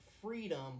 Freedom